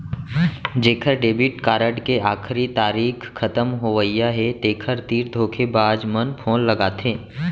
जेखर debit card के आखरी तारीख खतम होवइया हे तेखर तीर धोखेबाज मन फोन लगाथे